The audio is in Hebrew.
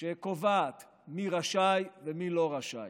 שקובעת מי רשאי ומי לא רשאי,